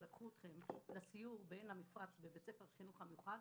ולקחו אתכם לסיור בעין המפרץ בבית ספר של החינוך המיוחד,